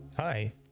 Hi